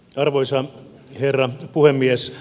arvoisa herra puhemies